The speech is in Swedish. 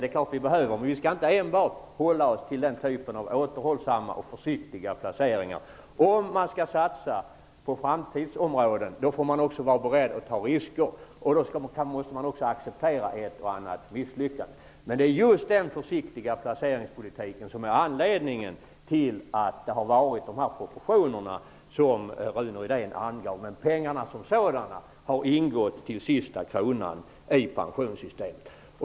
Det är klart att de behövs, men vi skall inte enbart hålla oss till den typen av återhållsamma och försiktiga placeringar. Skall man satsa på framtidsområden, får man vara beredd att ta risker och acceptera ett och annat misslyckande. Det är just den försiktiga placeringspolitiken som är anledningen till att det har varit dessa proportioner som Rune Rydén angav. Pengarna som sådana har ingått till sista kronan i pensionssystemet.